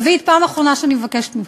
דוד, פעם אחרונה שאני מבקשת ממך.